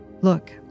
Look